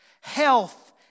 Health